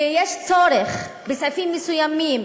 ויש צורך בסעיפים מסוימים,